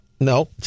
No